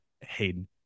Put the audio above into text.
Hayden